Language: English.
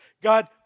God